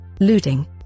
looting